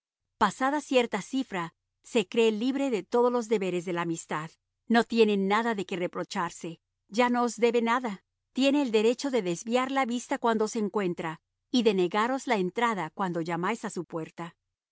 pasada cierta cifra se cree libre de todos los deberes de la amistad no tiene nada de qué reprocharse ya no os debe nada tiene el derecho de desviar la vista cuando os encuentra y de negaros la entrada cuando llamáis a su puerta